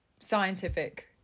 scientific